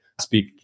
speak